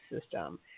system